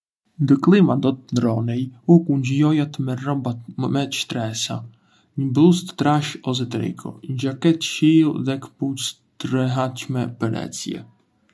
Ndë klima do të ndërronej, u kunxillonja të merr rroba me shtresa: një bluzë të trashë ose triko, një xhaketë shiu dhe këpucë të rehatshme për ecje.